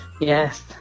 Yes